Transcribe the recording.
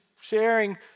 sharing